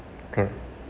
cor~